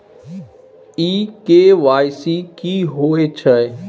इ के.वाई.सी की होय छै?